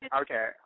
Okay